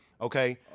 Okay